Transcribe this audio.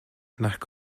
nac